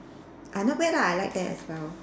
uh not bad lah I like that as well